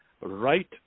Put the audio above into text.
right